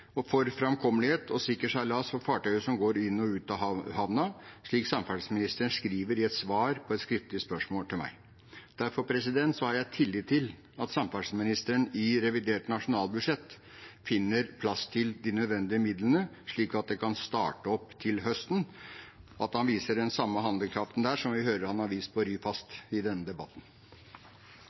for framkommelighet og sikker seilas for fartøyer som går inn og ut av havna, slik samferdselsministeren skriver til meg i et svar på et skriftlig spørsmål. Derfor har jeg tillit til at samferdselsministeren i revidert nasjonalbudsjett finner plass til de nødvendige midlene, slik at det kan starte opp til høsten, og at han viser den samme handlekraften der som vi i denne debatten hører han har vist